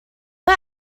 but